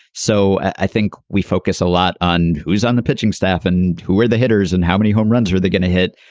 so i think we focus a lot on who is on the pitching staff and who are the hitters and how many home runs are there going to hit.